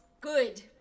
Good